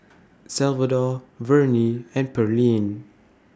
Salvador Vernie and Pearlene